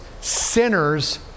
sinners